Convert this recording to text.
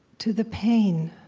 to the pain